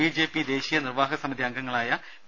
B J P ദേശീയ നിർവാഹക സമിതി അംഗങ്ങളായ പി